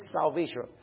salvation